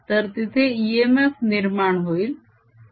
तर तिथे इएमएफ निर्माण होईल